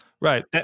Right